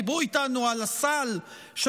דיברו איתנו על הסל של